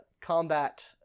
combat